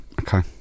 okay